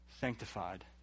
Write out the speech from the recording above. sanctified